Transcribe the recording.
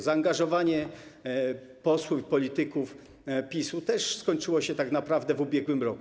Zaangażowanie posłów i polityków PiS-u też skończyło się tak naprawdę w ubiegłym roku.